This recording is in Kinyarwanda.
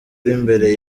imbere